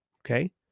Okay